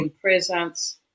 presence